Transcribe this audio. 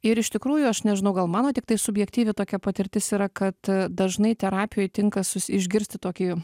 ir iš tikrųjų aš nežinau gal mano tiktai subjektyvi tokia patirtis yra kad dažnai terapijoj tinka sus išgirsti tokį